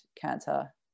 cancer